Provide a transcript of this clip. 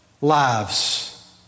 lives